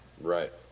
Right